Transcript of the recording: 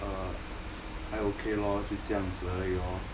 uh 还 okay lor 就这样子而已哦